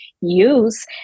use